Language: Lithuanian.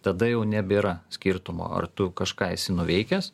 tada jau nebėra skirtumo ar tu kažką esi nuveikęs